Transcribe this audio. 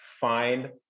Find